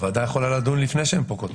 הוועדה יכולה לדון לפני שהם פוקעות.